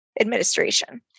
Administration